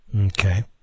Okay